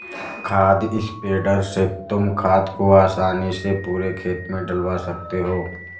खाद स्प्रेडर से तुम खाद को आसानी से पूरे खेत में डलवा सकते हो